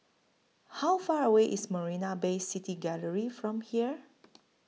How Far away IS Marina Bay City Gallery from here